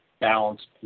balanced